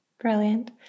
Brilliant